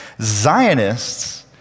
Zionists